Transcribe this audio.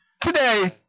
today